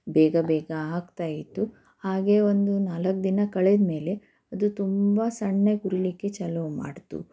ಬೇಗ ಬೇಗ ಆಗ್ತಾ ಇತ್ತು ಹಾಗೆ ಒಂದು ನಾಲ್ಕು ದಿನ ಕಳೆದ ಮೇಲೆ ಅದು ತುಂಬ ಸಣ್ಣಗೆ ಉರಿಲಿಕ್ಕೆ ಚಾಲು ಮಾಡ್ತು